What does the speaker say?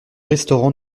restaurant